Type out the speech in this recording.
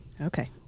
okay